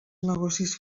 negocis